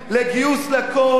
לגיוס לכול,